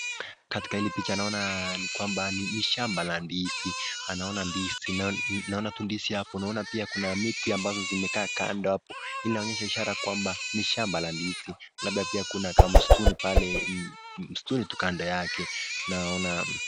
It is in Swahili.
katika hili picha naona ni kwamba ni shamba la ndizi, naona ndizi naonatu ndizi hapo na pia kuna miti ambazo zimekaa kando hapo hii inaonyesha ishara ni shamba la ndizi labda pia kamtuni pale kando yake naona.